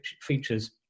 features